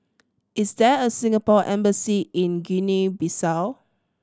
is there a Singapore Embassy in Guinea Bissau